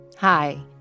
Hi